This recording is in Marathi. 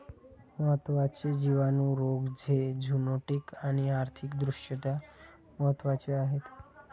महत्त्वाचे जिवाणू रोग जे झुनोटिक आणि आर्थिक दृष्ट्या महत्वाचे आहेत